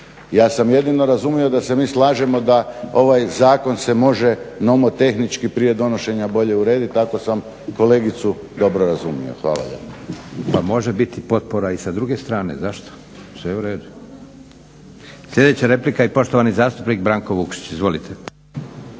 Ja sam jedino razumio da se mi slažemo da ovaj zakon se može nomotehnički prije donošenja bolje urediti, ako sam kolegicu dobro razumio. Hvala lijepo. **Leko, Josip (SDP)** Pa može biti potpora i sa druge strane, zašto, sve je uredu. Sljedeća replika i poštovani zastupnik Branko Vukšić. Izvolite.